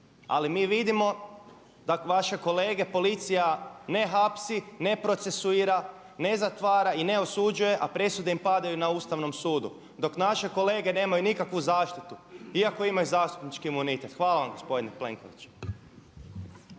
Ali mi vidimo da vaše kolege policija ne hapsi, ne procesuira, ne zatvara i ne osuđuje a presude im padaju na Ustavnom sudu. Dok naše kolege nemaju nikakvu zaštitu iako imaju zastupnički imunitet. Hvala vam gospodine Plenković.